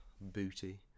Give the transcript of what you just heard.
booty